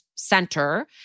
center